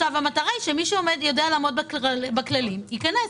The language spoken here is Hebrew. המטרה היא שמי שיודע לעמוד בכללים ייכנס.